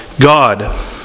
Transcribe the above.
God